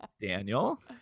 Daniel